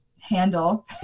Handle